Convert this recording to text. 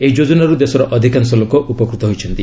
ଏହି ଯୋଜନାରୁ ଦେଶର ଅଧିକାଂଶ ଲୋକ ଉପକୃତ ହୋଇଛନ୍ତି